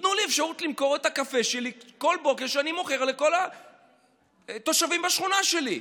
תנו לי אפשרות למכור את הקפה שלי כל בוקר לכל התושבים בשכונה שלי.